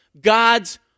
God's